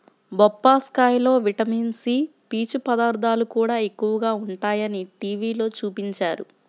బొప్పాస్కాయలో vitamin C, పీచు పదార్థాలు కూడా ఎక్కువగా ఉంటయ్యని టీవీలో చూపించారు